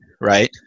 right